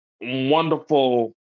wonderful